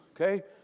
okay